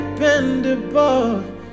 Dependable